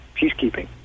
peacekeeping